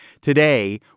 Today